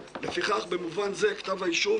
לטעון,